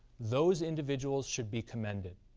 those individuals should be commended.